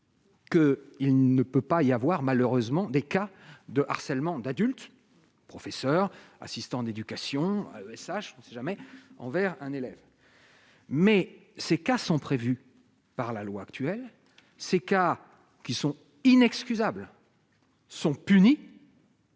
Que il ne peut pas y avoir malheureusement des cas de harcèlement d'adultes, professeurs, assistants d'éducation, et ça je ne sais jamais envers un élève. Mais ces cas sont prévus par la loi actuelle, ces cas qui sont inexcusables. Sont punis.